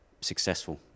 successful